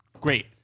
Great